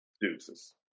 deuces